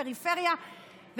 אנחנו רוצים להוסיף לפריפריה.